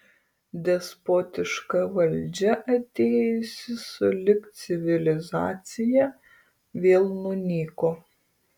despotiška valdžia atėjusi sulig civilizacija vėl nunyko